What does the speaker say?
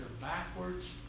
backwards